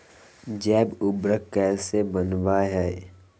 जैव उर्वरक कैसे वनवय हैय?